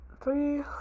three